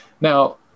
Now